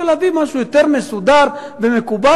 ולהביא משהו יותר מסודר ומקובל,